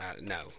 No